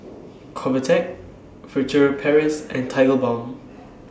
Convatec Furtere Paris and Tigerbalm